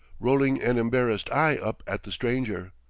rolling an embarrassed eye up at the stranger.